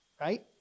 right